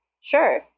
sure